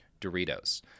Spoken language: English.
Doritos